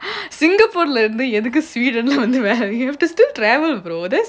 singapore lah இருந்துஎதுக்கு: idhukku edhukku sweden லாம்ஒன்னும்வேணாம்: laam onnum vennaam travel bro this